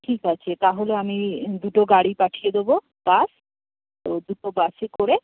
ঠিক আছে তাহলে আমি দুটো গাড়ি পাঠিয়ে দেব বাস দুটো বাসে করে